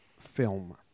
film